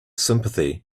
sympathy